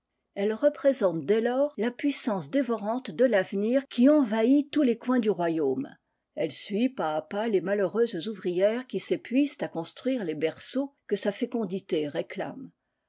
elle représente dès lors la puissance dévorante de l'avenir qui envahit tous les coins du royaume elle suit pas à pas les malheureuses ouvrières qui s'épuisent à construire les berceaux que sa fécondité réclame